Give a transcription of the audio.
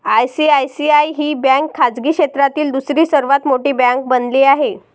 ICICI ही bank खाजगी क्षेत्रातील दुसरी सर्वात मोठी बँक बनली आहे